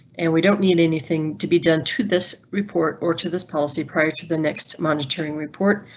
and we don't need anything to be done to this. report or to this policy prior to the next monitoring report.